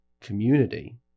community